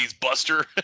buster